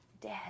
dead